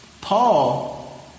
Paul